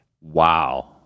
Wow